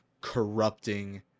corrupting